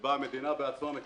שבאה המדינה בעצמה,